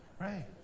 Right